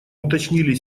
уточнили